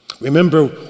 Remember